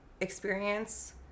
experience